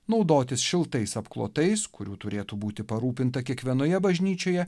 naudotis šiltais apklotais kurių turėtų būti parūpinta kiekvienoje bažnyčioje